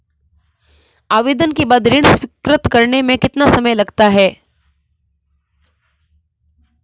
आवेदन के बाद ऋण स्वीकृत करने में कितना समय लगता है?